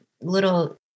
little